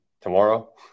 tomorrow